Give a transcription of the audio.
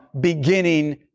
beginning